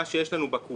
את כל מה שיש לנו בקופה